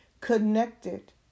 connected